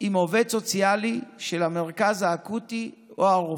עם עובד סוציאלי של המרכז האקוטי או הרופא.